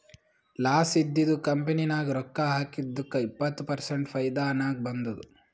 loss ಇದ್ದಿದು company ನಾಗ್ ರೊಕ್ಕಾ ಹಾಕಿದ್ದುಕ್ ಇಪ್ಪತ್ ಪರ್ಸೆಂಟ್ ಫೈದಾ ನಾಗ್ ಬಂದುದ್